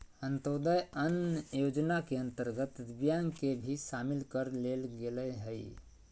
अंत्योदय अन्न योजना के अंतर्गत दिव्यांग के भी शामिल कर लेल गेलय हइ